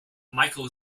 michael